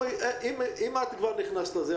אם כבר נכנסת לזה,